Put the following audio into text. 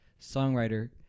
songwriter